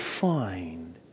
find